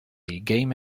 game